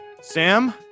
Sam